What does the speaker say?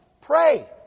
pray